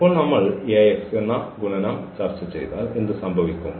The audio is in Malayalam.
ഇപ്പോൾ നമ്മൾ ഈ ഗുണനം ചർച്ച ചെയ്താൽ എന്ത് സംഭവിക്കും